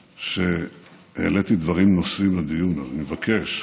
שהעליתי נושאים לדיון, אז אני מבקש,